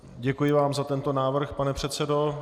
Děkuji vám za tento návrh, pane předsedo.